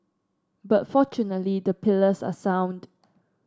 but fortunately the pillars are sound